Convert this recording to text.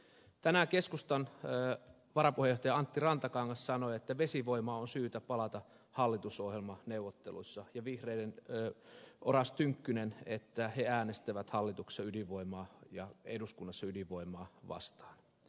tänään keskustan varapuheenjohtaja antti rantakangas sanoi että vesivoimaan on syytä palata hallitusohjelmaneuvotteluissa ja vihreiden oras tynkkynen sanoi että he äänestävät hallituksessa ydinvoimaa ja eduskunnassa ydinvoimaa vastaan